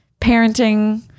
parenting